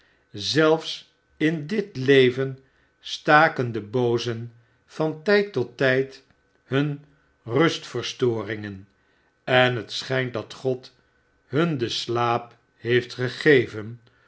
zelfs in dit leven staken de boozen van tyd tot tyd hun rustverstoringen en t schijnt dat god hun den slaap heeft gegeven